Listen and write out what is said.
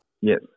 Yes